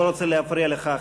לא רוצה להפריע לך,